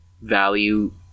value